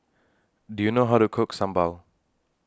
Do YOU know How to Cook Sambal